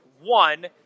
One